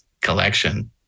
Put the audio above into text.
collection